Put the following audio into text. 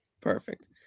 Perfect